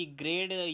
grade